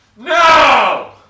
No